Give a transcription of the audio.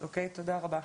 תודה רבה.